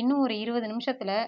இன்னும் ஒரு இருபது நிமிஷத்தில்